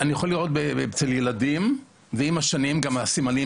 אני יכול לראות אצל ילדים ועם השנים גם הסימנים